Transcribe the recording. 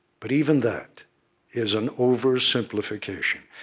but even that is an oversimplification.